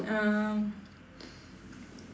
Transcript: um